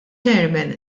chairman